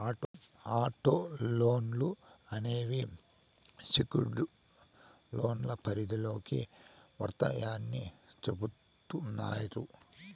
auto లోన్లు అనేవి secured లోన్ల పరిధిలోకి వత్తాయని చెబుతున్నారు